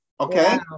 Okay